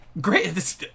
great